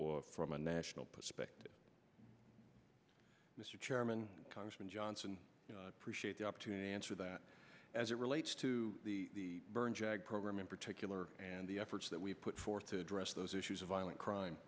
or from a national perspective mr chairman congressman johnson appreciate the opportunity answer that as it relates to the burn jag program in particular and the efforts that we've put forth to address those issues of violent